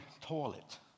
toilet